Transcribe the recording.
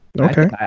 Okay